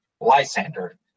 Lysander